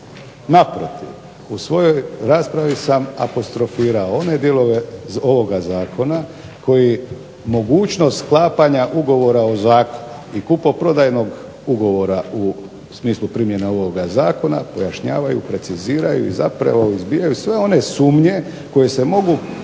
Naprotiv. U svojoj raspravi sam apostrofirao one dijelove ovoga zakona koji mogućnost sklapanja ugovora o zakupu i kupoprodajnog ugovora u smislu primjene ovoga zakona pojašnjavaju, preciziraju i zapravo izbijaju sve one sumnje koje se mogu